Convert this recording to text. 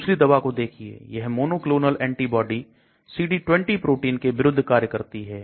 दूसरी दवा को देखिए यह monoclonal antibody CD20 प्रोटीन के विरुद्ध कार्य करती है